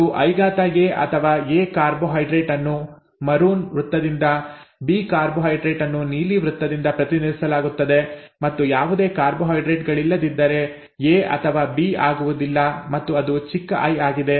ಮತ್ತು IA ಅಥವಾ A carbohydrate ಅನ್ನು ಮರೂನ್ ವೃತ್ತದಿಂದ ಬಿ ಕಾರ್ಬೋಹೈಡ್ರೇಟ್ ಅನ್ನು ನೀಲಿ ವೃತ್ತದಿಂದ ಪ್ರತಿನಿಧಿಸಲಾಗುತ್ತದೆ ಮತ್ತು ಯಾವುದೇ ಕಾರ್ಬೋಹೈಡ್ರೇಟ್ ಗಳಿಲ್ಲದಿದ್ದರೆ ಎ ಅಥವಾ ಬಿ ಆಗುವುದಿಲ್ಲ ಮತ್ತು ಅದು ಚಿಕ್ಕ ಐ ಆಗಿದೆ